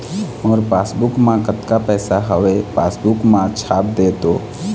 मोर passbook मा कतका पैसा हवे पासबुक मा छाप देव तो?